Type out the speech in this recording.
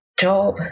job